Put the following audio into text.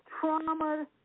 Trauma